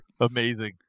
Amazing